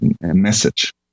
message